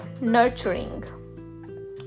nurturing